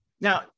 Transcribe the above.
now